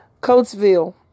Coatesville